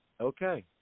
Okay